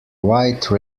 white